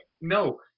no